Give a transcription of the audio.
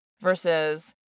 Versus